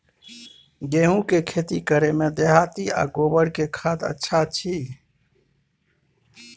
गेहूं के खेती करे में देहाती आ गोबर के खाद अच्छा छी?